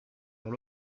leur